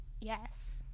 Yes